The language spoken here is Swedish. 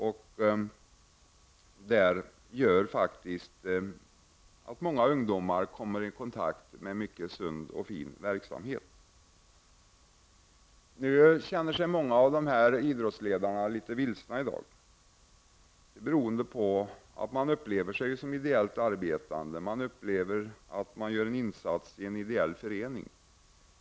Detta gör att många ungdomar kommer i kontakt med en mycket sund och fin verksamhet. I dag känner sig många av dessa idrottsledare litet vilsna. Man anser att man gör en ideell insats genom arbetet i en ideell förening.